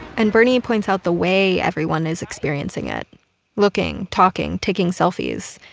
and bernie points out the way everyone is experiencing it looking, talking, taking selfies.